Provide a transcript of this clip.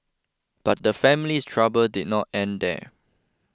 but the family's trouble did not end there